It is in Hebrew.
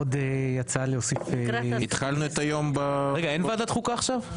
עוד הצעה להוסיף --- התחלנו את היום ב --- אין ועדת חוקה עכשיו?